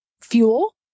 fuel